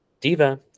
Diva